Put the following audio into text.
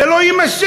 זה לא יימשך.